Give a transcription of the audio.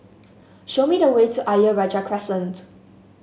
show me the way to Ayer Rajah Crescent